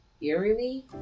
Eerily